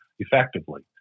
effectively